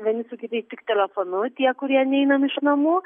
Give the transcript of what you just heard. vieni su kitais tik telefonu tie kurie neinam iš namų